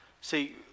See